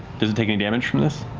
does it take any damage from this?